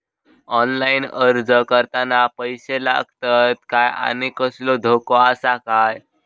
Online अर्ज करताना पैशे लागतत काय आनी कसलो धोको आसा काय?